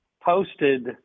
posted